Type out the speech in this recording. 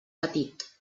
petit